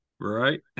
Right